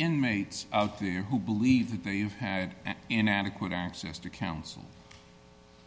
inmates out there who believe that they've had inadequate access to counsel